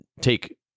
take